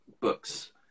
books